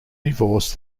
divorce